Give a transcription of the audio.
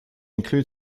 include